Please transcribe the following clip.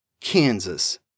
Kansas